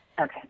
Okay